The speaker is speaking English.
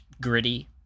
gritty